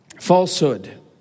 falsehood